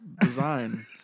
design